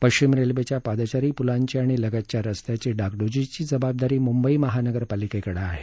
पश्चिम रेल्वेच्या पादचारी पुलांची आणि लगतच्या रस्त्याची डागड़जीची जबाबदारी मुंबई महानगर पालिकेकडं आहे